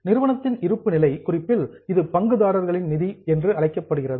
நிறுவனத்தின் இருப்புநிலை குறிப்பில் இது பங்குதாரர்களின் நிதி என்று அழைக்கப்படுகிறது